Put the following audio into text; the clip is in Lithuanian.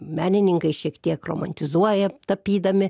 menininkai šiek tiek romantizuoja tapydami